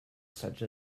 such